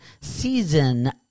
season